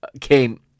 came